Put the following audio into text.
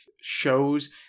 shows